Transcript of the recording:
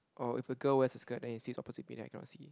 oh if a girl wears a skirt then it sits opposite me then i cannot see